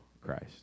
Christ